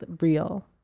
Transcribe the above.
real